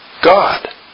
God